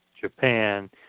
Japan